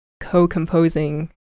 co-composing